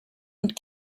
und